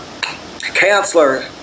counselor